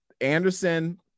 Anderson